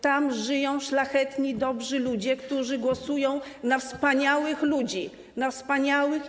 Tam żyją szlachetni, dobrzy ludzie, którzy głosują na wspaniałych ludzi, na wspaniałych.